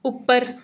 ਉੱਪਰ